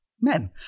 men